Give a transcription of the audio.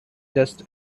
just